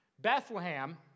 bethlehem